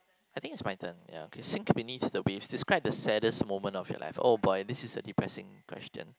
I think it's my turn ya okay sink beneath the waves describe the saddest moment of your life oh boy this is a depressing question